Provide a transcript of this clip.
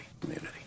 Community